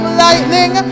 lightning